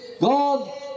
God